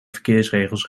verkeersregels